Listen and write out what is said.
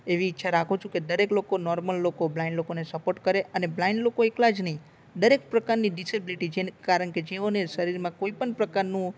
એવી ઈચ્છા રાખું છું કે દરેક લોકો નોર્મલ લોકો બ્લાઇન્ડ લોકોને સપોર્ટ કરે અને બ્લાઇન્ડ લોકો એકલા જ નહીં દરેક પ્રકારની ડિસેબિલિટી કારણ કે જેઓને શરીરમાં કોઈ પણ પ્રકારનું અંગ